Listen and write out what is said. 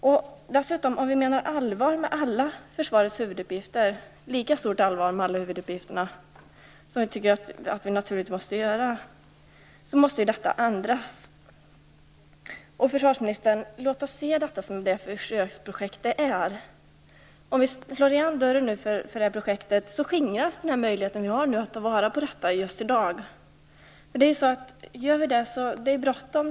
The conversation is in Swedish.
Om vi menar lika stort allvar med alla försvarets huvuduppgifter, vilket jag naturligtvis tycker att vi måste göra, måste denna bestämmelse ändras. Låt oss se detta som det försöksprojekt det är, försvarsministern. Om vi slår igen dörren för detta projekt skingras den möjlighet vi har att just i dag ta till vara dessa idéer. Det är bråttom.